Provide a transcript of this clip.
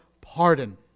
pardon